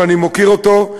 ואני מוקיר אותו,